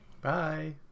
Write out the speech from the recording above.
Bye